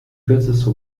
kürzeste